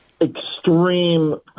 extreme